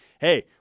hey